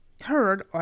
heard